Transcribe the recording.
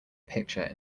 picture